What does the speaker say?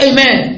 Amen